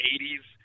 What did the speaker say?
80s